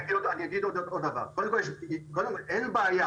אין בעיה.